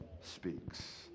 speaks